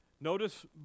Notice